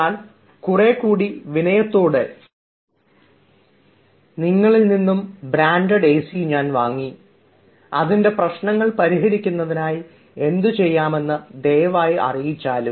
എന്നാൽ കുറേക്കൂടി വിനയത്തോടു കൂടി അയാൾ നിങ്ങളിൽ നിന്നും ബ്രാൻഡഡ് എസി ഞാൻ വാങ്ങി അതിൻറെ പ്രശ്നങ്ങൾ പരിഹരിക്കുന്നതിനായി എന്തുചെയ്യണമെന്ന് ദയവായി അറിയിച്ചാലും